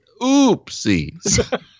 oopsies